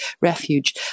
refuge